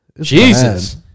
Jesus